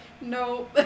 No